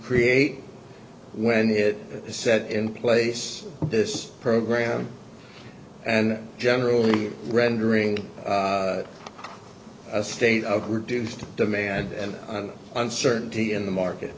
create when it set in place this program and generally rendering a state of reduced demand and uncertainty in the market